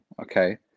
okay